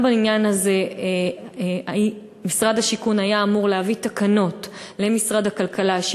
גם בעניין הזה משרד השיכון היה אמור להביא תקנות למשרד הכלכלה,